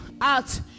out